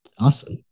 Awesome